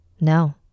No